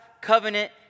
covenant